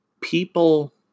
people